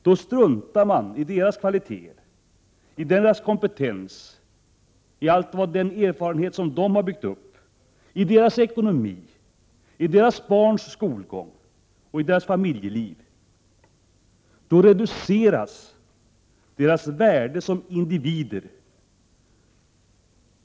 Då struntar man i deras kvaliteter, deras kompentens, all erfarenhet som de har byggt upp, deras ekonomi, deras barns skolgång och deras familjeliv. Då reduceras deras värde som individer.